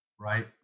right